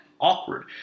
awkward